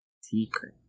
secret